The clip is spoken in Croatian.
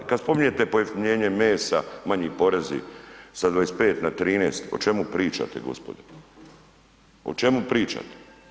Kada spominjete pojeftinjenje mesa, manji porezi sa 25 na 13, o čemu pričate gospodo, o čemu pričate?